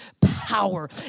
power